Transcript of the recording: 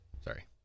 Sorry